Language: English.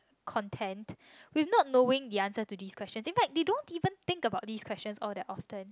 content with not knowing the answer to these questions in fact they don't even think about these questions all that often